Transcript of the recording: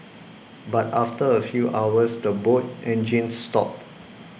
but after a few hours the boat engines stopped